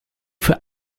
für